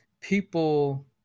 people